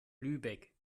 lübeck